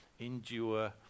endure